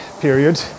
period